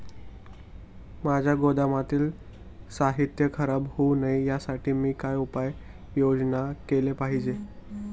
माझ्या गोदामातील साहित्य खराब होऊ नये यासाठी मी काय उपाय योजना केली पाहिजे?